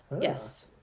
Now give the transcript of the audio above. yes